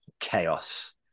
chaos